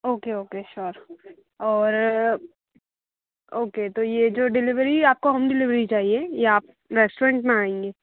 okay okay sure और okay तो ये जो डिलेवरी आपको होम डिलेवरी चाहिए या आप रेस्टोरेंट में आएंगे